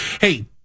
Hey